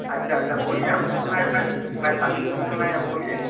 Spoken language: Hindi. अच्छा अच्छा बोलिए हम बोल रहें बै वैशाली से बोल रहें हैं बोलिए